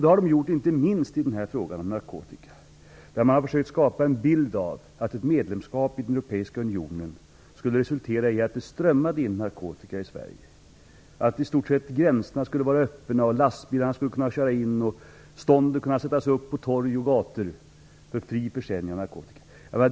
Det har nejsidan gjort inte minst i frågan om narkotika, där man har försökt skapa en bild av att ett medlemskap i den Europeiska unionen skulle resultera i att det strömmade in narkotika i Sverige, att gränserna i stort sett skulle vara öppna, att lastbilarna skulle kunna köra in och stånden kunna sättas upp på torg och gator för fri försäljning av narkotika.